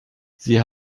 sie